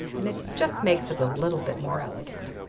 and it just makes it a little bit more elegant.